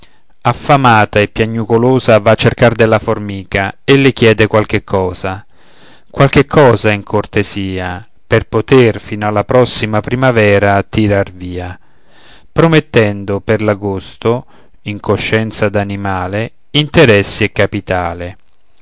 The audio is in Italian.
affamata e piagnolosa va a cercar della formica e le chiede qualche cosa qualche cosa in cortesia per poter fino alla prossima primavera tirar via promettendo per l'agosto in coscienza d'animale interessi e capitale